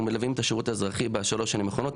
מלווים את השירות האזרחי בשלוש השנים האחרונות,